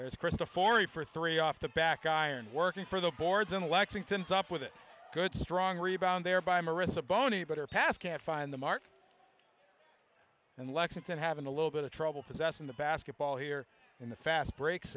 as krista forty for three off the back iron working for the boards in lexington sup with a good strong rebound there by marisa boney but her pass can't find the mark and lexington having a little bit of trouble possessing the basketball here in the fast breaks